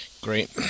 Great